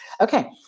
okay